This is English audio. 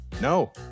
No